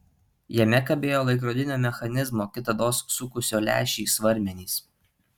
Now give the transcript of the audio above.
jame kabėjo laikrodinio mechanizmo kitados sukusio lęšį svarmenys